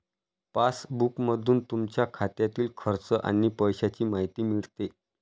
पासबुकमधून तुमच्या खात्यातील खर्च आणि पैशांची माहिती मिळते